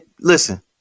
listen